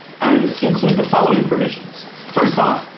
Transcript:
and include the following provisions. first off,